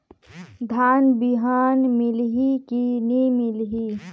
धान बिहान मिलही की नी मिलही?